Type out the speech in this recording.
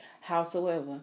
Howsoever